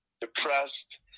depressed